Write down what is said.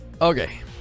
Okay